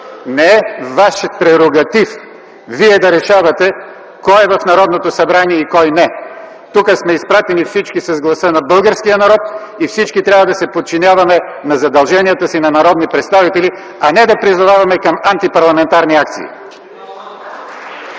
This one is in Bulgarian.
Не е Ваш прерогатив Вие да решавате кой е в Народното събрание и кой – не. Тук сме изпратени всички с гласа на българския народ и всички трябва да се подчиняваме на задълженията си на народни представители, а не да призоваваме към антипарламентарни акции!